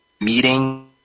meeting